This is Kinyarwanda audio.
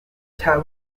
cya